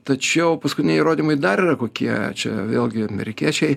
tačiau paskutiniai įrodymai dar yra kokie čia vėlgi amerikiečiai